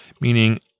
meaning